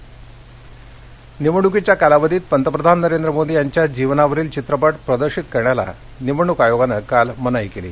नमो चित्रपट निवडणुकीच्या कालावधीत पंतप्रधान नरेंद्र मोदी यांच्या जीवनावरील चित्रपट प्रदर्शित करण्याला निवडणुक आयोगानं काल मनाई केली